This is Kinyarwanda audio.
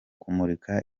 kumurika